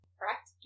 Correct